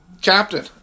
Captain